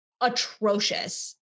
atrocious